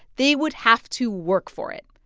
they would have to work for it.